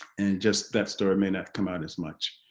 and just that story may not come out as much.